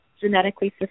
genetically